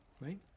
right